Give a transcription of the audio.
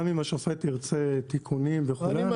גם אם השופט ירצה תיקונים וכולי אנחנו